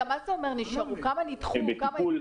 כשאתה אומר מספרים אנא פרט: כמה נדחו וכמה